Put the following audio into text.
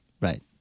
Right